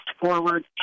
Forward